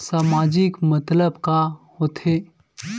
सामाजिक मतलब का होथे?